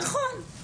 נכון.